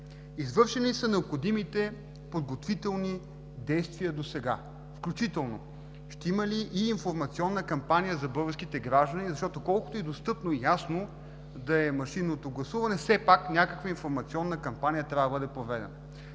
извършени ли са необходимите подготвителни действия досега? Ще има ли включително и информационна кампания за българските граждани, защото колкото и достъпно и ясно да е машинното гласуване, все пак някаква информационна кампания трябва да бъде